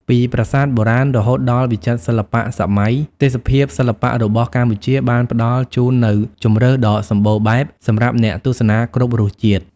ពីប្រាសាទបុរាណរហូតដល់វិចិត្រសិល្បៈសម័យ ទេសភាពសិល្បៈរបស់កម្ពុជាបានផ្តល់ជូននូវជម្រើសដ៏សម្បូរបែបសម្រាប់អ្នកទស្សនាគ្រប់រសជាតិ។